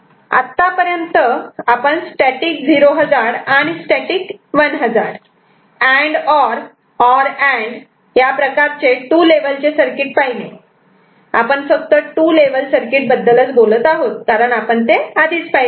आत्तापर्यंत आपण static 0 hazard आणि static 1 hazard and or or and प्रकारचे टू लेव्हलचे सर्किट पाहिले आपण फक्त टू लेव्हल सर्किट बद्दल बोलत आहोत कारण आपण ते आधीच पाहिले आहे